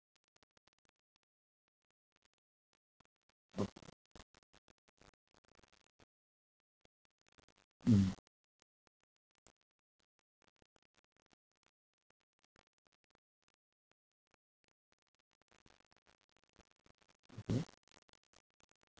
okay mm mmhmm